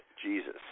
Jesus